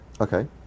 okay